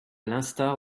l’instar